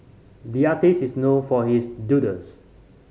the artists is known for his doodles